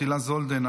תהילה זולדן,